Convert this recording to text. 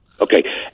okay